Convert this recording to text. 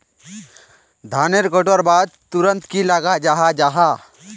धानेर कटवार बाद तुरंत की लगा जाहा जाहा?